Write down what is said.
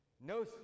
no